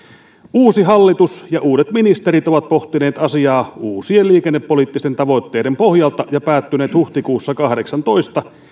uusi hallitus ja uudet ministerit ovat pohtineet asiaa uusien liikennepoliittisten tavoitteiden pohjalta ja päätyneet huhtikuussa kahdeksassatoista